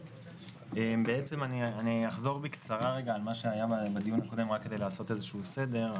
אני אחזור בקצרה על מה שהיה בדיון הקודם רק כדי לעשות איזשהו סדר.